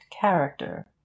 character